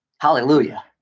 hallelujah